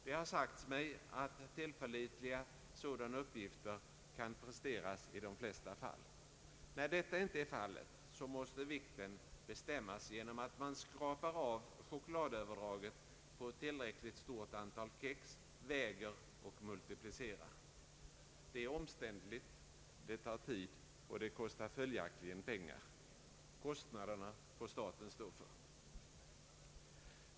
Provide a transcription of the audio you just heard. Det har sagts mig att tillförlitliga sådana uppgifter kan presteras i de flesta fall. Men när så inte är fallet måste vikten bestämmas genom att man skrapar av chokladöverdraget på ett tillräckligt stort antal kex, väger och multiplicerar. Det är omständligt, det tar tid och det kostar följaktligen pengar. Kostnaderna får staten stå för.